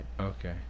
okay